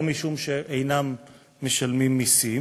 לא משום שהם אינם משלמים מסים,